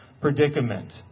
predicament